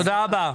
תודה רבה.